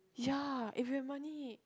ya if we have money